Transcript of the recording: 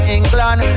England